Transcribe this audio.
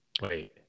wait